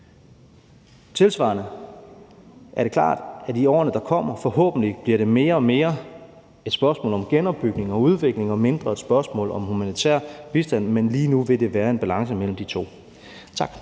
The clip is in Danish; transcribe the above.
Tilsvarende er det klart, at det i årene, der kommer, forhåbentlig mere og mere bliver et spørgsmål om genopbygning og udvikling og mindre et spørgsmål om humanitær bistand. Men lige nu vil det være en balance mellem de to. Tak.